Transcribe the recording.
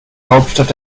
hauptstadt